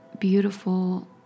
Beautiful